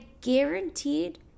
guaranteed